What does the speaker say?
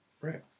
Right